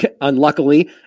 unluckily